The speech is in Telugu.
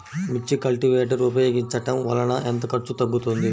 మిర్చి కల్టీవేటర్ ఉపయోగించటం వలన ఎంత ఖర్చు తగ్గుతుంది?